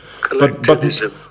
Collectivism